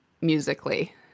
musically